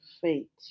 fate